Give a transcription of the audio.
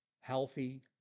healthy